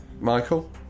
Michael